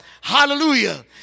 Hallelujah